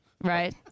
right